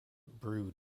brood